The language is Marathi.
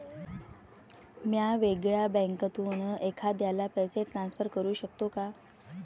म्या वेगळ्या बँकेतून एखाद्याला पैसे ट्रान्सफर करू शकतो का?